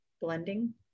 blending